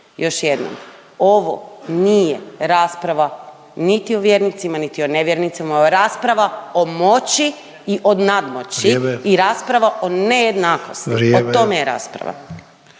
još jednom. Ovo nije rasprava niti o vjernicima, niti o nevjernicima ovo je rasprava o moći i o nadmoći … …/Upadica Ante Sanader: Vrijeme./… … i rasprava